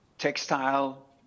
textile